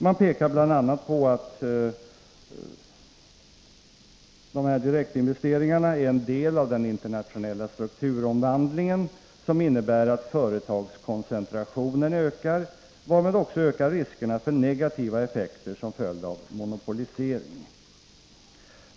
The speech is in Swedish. Man pekar bl.a. på att direktinvesteringarna är en del av den internationella strukturomvandlingen, som innebär att företagskoncentrationen ökar. Därmed ökar också riskerna för negativa effekter som följd av monopolisering.